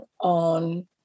on